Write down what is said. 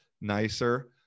nicer